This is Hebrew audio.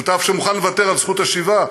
שותף שמוכן לוותר על זכות השיבה,